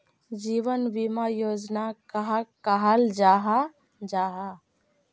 जीवन बीमा योजना कहाक कहाल जाहा जाहा?